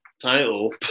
Title